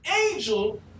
angel